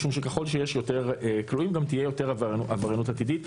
משום שככל שיש יותר כלואים גם תהיה יותר עבריינות עתידית.